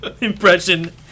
impression